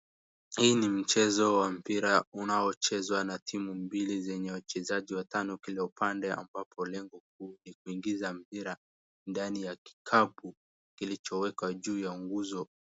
Huu ni mchezo wa mpira unaochezwa na timu mbili zenye wachezaji watano kila upande, ambapo lengo kubwa ni kuingiza mpira ndani ya kikapu kilichowekwa juu ya unguzo.